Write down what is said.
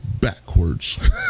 backwards